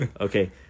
Okay